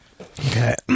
Okay